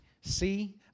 See